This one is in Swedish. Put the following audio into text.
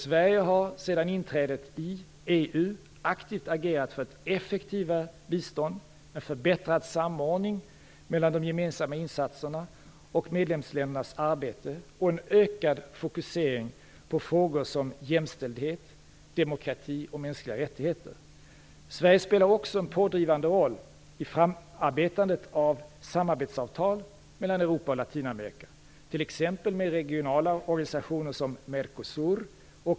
Sverige har sedan inträdet i EU aktivt agerat för ett effektivare bistånd, en förbättrad samordning mellan de gemensamma insatserna och medlemsländernas arbete och en ökad fokusering på frågor som jämställdhet, demokrati och mänskliga rättigheter. Sverige spelar också en pådrivande roll i framarbetandet av samarbetsavtal mellan Europa och Latinamerika, t.ex. Chile.